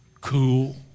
cool